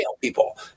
people